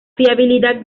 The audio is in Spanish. fiabilidad